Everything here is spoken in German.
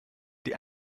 die